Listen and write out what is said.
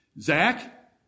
Zach